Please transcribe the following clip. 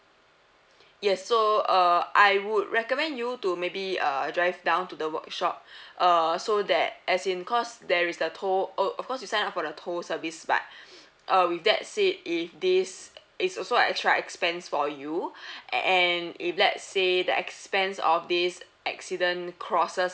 yes so err I would recommend you to maybe err drive down to the workshop err so that as in cause there is the tow uh of course you sign up for the tow service but uh with that said if this is also an extra expense for you and if let's say the expense of this accident crosses